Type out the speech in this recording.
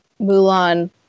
Mulan